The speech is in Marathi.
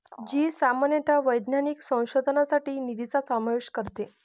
जी सामान्यतः वैज्ञानिक संशोधनासाठी निधीचा समावेश करते